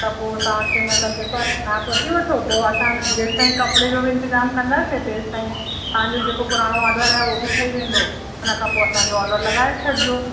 त पोइ तव्हां खे मतिलबु जेको आहे नाप वठी वठो पोइ असां जेसिताईं कपिड़े जो बि इंतजाम कंदासीं तेसिताईं तव्हां जो जेको पुरानो ऑर्डर आहे उहो बि ठही वेंदो उन खां असांजो ऑर्डर लॻाए छॾिजो